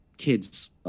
kids